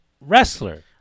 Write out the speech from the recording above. wrestler